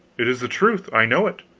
it is the truth. i know it.